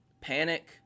panic